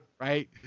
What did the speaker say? right